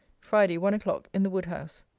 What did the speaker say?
friday, one o'clock, in the wood-house.